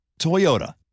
Toyota